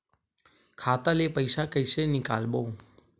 खाता ले पईसा कइसे निकालबो?